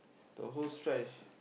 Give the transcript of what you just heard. the whole stretch